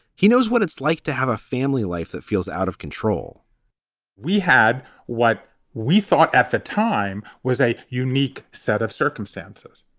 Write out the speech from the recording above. he knows what it's like to have a family life that feels out of control we had what we thought at the time was a unique set of circumstances.